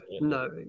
no